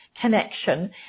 connection